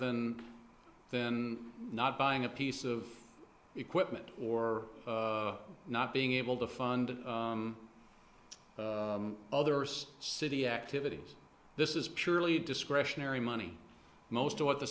than than not buying a piece of equipment or not being able to fund other city activities this is purely discretionary money most of what the